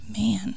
man